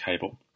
cable